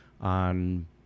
on